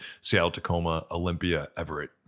Seattle-Tacoma-Olympia-Everett